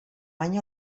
año